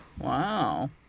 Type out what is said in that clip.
Wow